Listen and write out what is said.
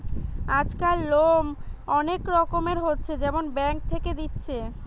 আজকাল লোন অনেক রকমের হচ্ছে যেগুলা ব্যাঙ্ক থেকে দিচ্ছে